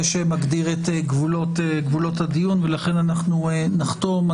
שמגדיר את גבולות הדיון ולכן אנחנו נחתום.